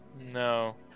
No